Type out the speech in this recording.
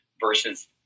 Versus